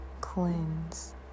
cleanse